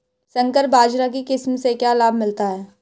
संकर बाजरा की किस्म से क्या लाभ मिलता है?